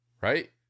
right